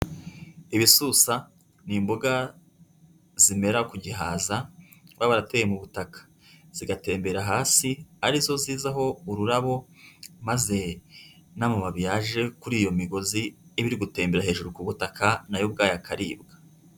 Ibisusa nI imboga zimera ku gihaza twa barateye mu butaka, zigatembera hasi ari zo zizaho ururabo maze n'amababi yaje kuri iyo migozi iba iri gutembera hejuru ku butaka nayo ubwayo akaribwa.